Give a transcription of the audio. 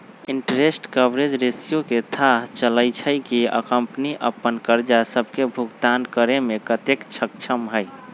interest coverage ratio से थाह चललय छै कि कंपनी अप्पन करजा सभके भुगतान करेमें कतेक सक्षम हइ